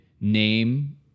name